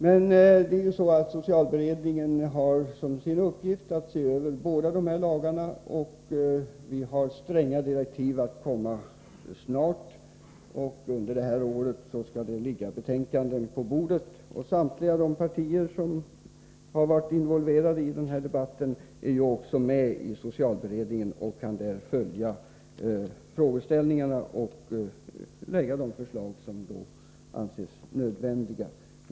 Men det är ju så att socialberedningen har till uppgift att se över båda dessa lagar, och vi har stränga direktiv att arbeta snabbt. Under det här året skall det ligga betänkanden på bordet. Samtliga partier som varit involverade i denna debatt är ju också representerade i socialberedningen och kan där följa behandlingen av frågeställningarna samt lägga de förslag som anses erforderliga.